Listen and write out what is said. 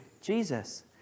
Jesus